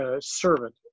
servant